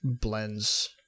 blends